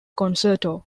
concerto